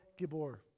Gibor